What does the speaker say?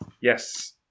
Yes